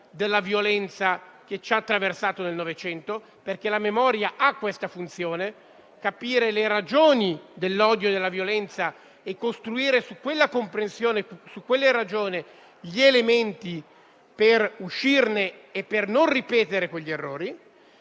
della violenza che ci ha attraversato nel Novecento, perché la memoria ha questa funzione: capire le ragioni dell'odio e della violenza e costruire su quella comprensione, su quelle ragioni gli elementi per uscirne e per non ripetere quegli errori.